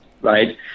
right